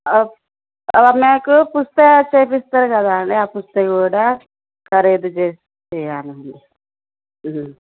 ఓ మాకు పుస్తె చేయిస్తారు కదా ఆ పుస్తె కూడా ఖరీదు చె చెయ్యాలండి